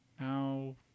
Now